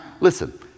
listen